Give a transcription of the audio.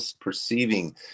perceiving